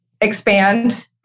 expand